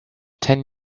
ten